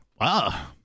Wow